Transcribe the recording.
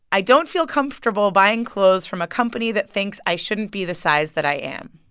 i don't feel comfortable buying clothes from a company that thinks i shouldn't be the size that i am.